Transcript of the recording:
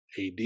AD